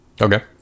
Okay